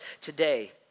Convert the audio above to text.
today